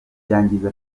byangiza